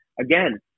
again